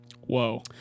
Whoa